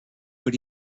but